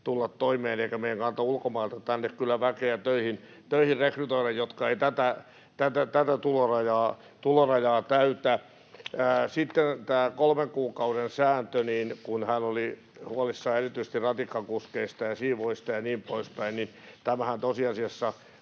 tulla toimeen, eikä meidän kannata ulkomailta rekrytoida tänne töihin väkeä, joka ei tätä tulorajaa täytä. Sitten tästä kolmen kuukauden säännöstä: Hän oli huolissaan erityisesti ratikkakuskeista ja siivoojista ja niin poispäin, mutta tämähän tosiasiassa